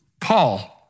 Paul